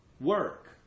work